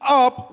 up